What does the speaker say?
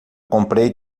comprei